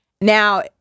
Now